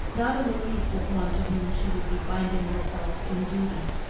not in the least as one to whom she would be binding herself in duty.